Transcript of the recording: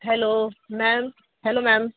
hello ma'am hello ma'am